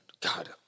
God